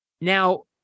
Now